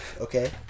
okay